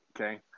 okay